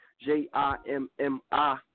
J-I-M-M-I